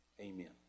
Amen